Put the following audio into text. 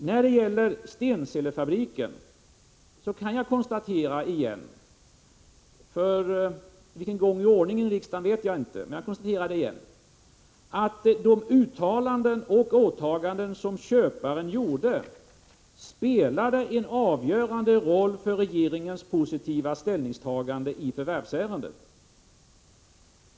När det gäller Stenselefabriken kan jag konstatera igen — för vilken gång i ordningen vet jag inte — att de uttalanden och åtaganden som köparen gjorde spelade en avgörande roll för regeringens positiva ställningstagande i förvärvsärendet.